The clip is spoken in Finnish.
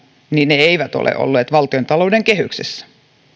ne eivät ole olleet valtiontalouden kehyksessä